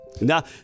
Now